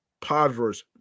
Podverse